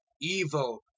evil